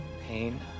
pain